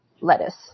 lettuce